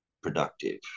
productive